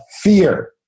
fear